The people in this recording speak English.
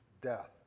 death